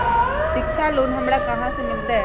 शिक्षा लोन हमरा कहाँ से मिलतै?